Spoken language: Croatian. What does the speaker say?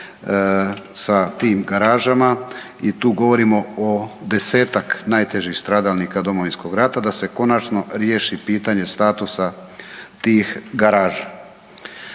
sa tim garažama, i tu govorimo o desetak najtežih stradalnika Domovinskog rada da se konačno riješi pitanje statusa tih garaža.